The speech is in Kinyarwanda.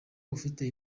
ufite